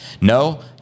no